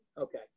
Okay